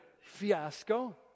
fiasco